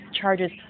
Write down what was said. charges